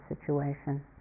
situation